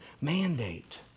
Mandate